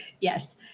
Yes